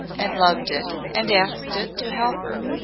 and loved it and asked it to help her,